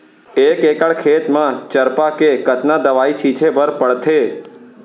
एक एकड़ खेत म चरपा के कतना दवई छिंचे बर पड़थे?